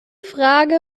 frage